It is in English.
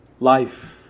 Life